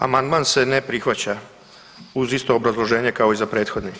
Amandman se ne prihvaća uz isto obrazloženje kao i za prethodni.